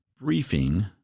briefing